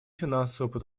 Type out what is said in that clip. финансового